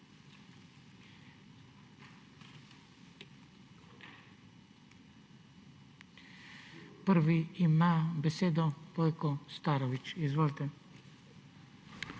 Prvi ima besedo Vojko Starović. Izvolite.